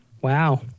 wow